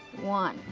one,